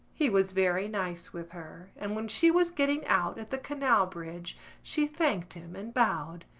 he was very nice with her, and when she was getting out at the canal bridge she thanked him and bowed,